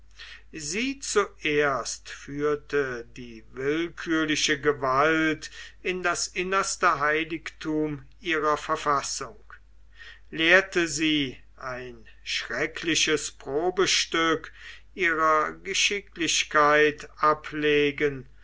sie zuerst führte die willkürliche gewalt in das innerste heiligthum ihrer verfassung lehrte sie ein schreckliches probestück ihrer geschicklichkeit ablegen